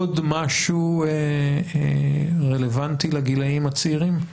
עוד משהו רלוונטי לגילאים הצעירים?